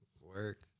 work